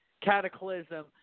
Cataclysm